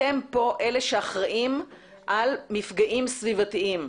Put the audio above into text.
אתם פה אלה שאחראים על מפגעים סביבתיים.